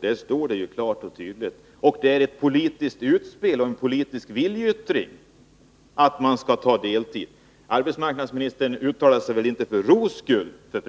Där står det klart och tydligt att man skall ta deltid. Det är ett politiskt utspel och en politisk viljeyttring — det är väl inte för ro skull som arbetsmarknadsministern uttalar sig för pressen och låter göra TT Nr 131 intervjuer!